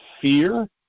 fear